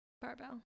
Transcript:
Barbell